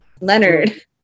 Leonard